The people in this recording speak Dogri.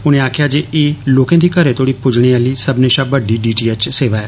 उनें आक्खेआ जे एह् लोकें दी घरें तोहड़ी पुज्जने आह्ली सक्मनें शा बड्डी डी टी एच सेवां ऐ